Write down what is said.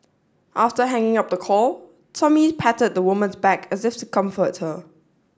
after hanging up the call Tommy patted the woman's back as if to comfort her